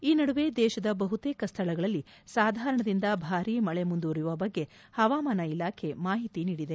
ಈ ನಡುವೆ ದೇಶದ ಬಹುತೇಕ ಸ್ವಳಗಳಲ್ಲಿ ಸಾಧಾರಣದಿಂದ ಭಾರಿ ಮಳೆ ಮುಂದುವರೆಯುವ ಬಗ್ಗೆ ಪವಾಮಾನ ಇಲಾಖೆ ಮಾಹಿತಿ ನೀಡಿದೆ